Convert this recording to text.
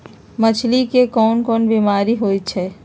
मछरी मे कोन कोन बीमारी होई छई